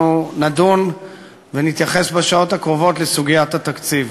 אנחנו נדון ונתייחס בשעות הקרובות לסוגיית התקציב.